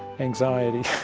anxiety,